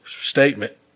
statement